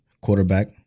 quarterback